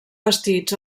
bastits